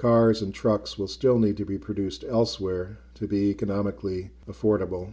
cars and trucks will still need to be produced elsewhere to be economically affordable